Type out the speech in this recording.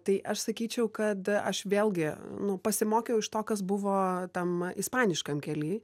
tai aš sakyčiau kad aš vėlgi nu pasimokiau iš to kas buvo tam ispaniškam kely